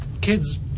kids